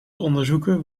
onderzoeken